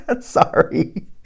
Sorry